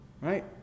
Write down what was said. Right